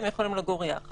הם יכולים לגור יחד.